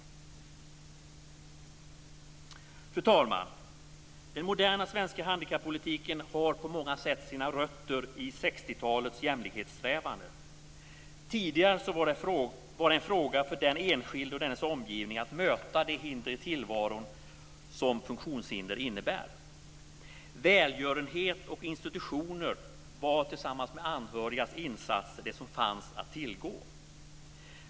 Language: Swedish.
Fru talman! Den moderna svenska handikappolitiken har på många sätt sina rötter i 60-talets jämlikhetsträvanden. Tidigare var det en fråga för den enskilde och dennes omgivning att möta de hinder i tillvaron som funktionshinder innebär. Välgörenhet och institutioner var tillsammans med anhörigas insatser det som fanns att tillgå.